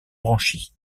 branchies